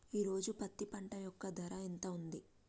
ఈ రోజు పత్తి పంట యొక్క ధర ఎంత ఉంది?